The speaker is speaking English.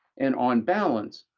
and on balance,